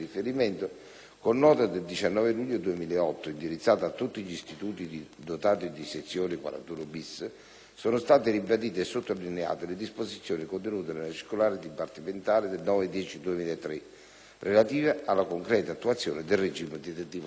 con nota del 19 luglio 2008 indirizzata a tutti gli istituti dotati di sezione 41-*bis*, sono state ribadite e sottolineate le disposizioni contenute nella circolare dipartimentale del 9 ottobre 2003, relativa alla concreta attuazione del regime detentivo speciale.